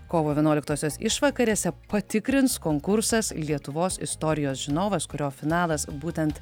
kovo vienuoliktosios išvakarėse patikrins konkursas lietuvos istorijos žinovas kurio finalas būtent